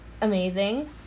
amazing